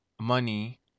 money